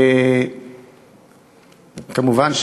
כמובן,